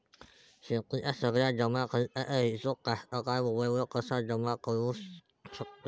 शेतीच्या सगळ्या जमाखर्चाचा हिशोब कास्तकार मोबाईलवर कसा जमा करुन ठेऊ शकते?